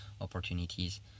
opportunities